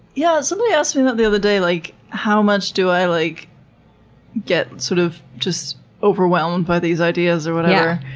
yeah, somebody asked me that the other day, like, how much do i like get, sort of, just overwhelmed by these ideas or whatever.